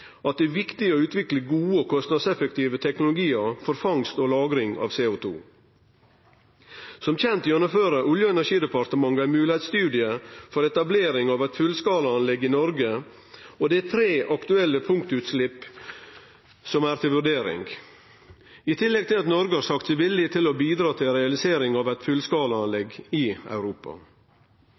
at det er viktig å utvikle gode og kostnadseffektive teknologiar for fangst og lagring av CO2. Som kjent gjennomfører Olje- og energidepartementet ein moglegheitsstudie for etablering av eit fullskalaanlegg i Noreg, og det er tre aktuelle punktutslepp som er til vurdering – i tillegg til at Noreg har sagt seg villig til å bidra til realiseringa av eit fullskalaanlegg i Europa.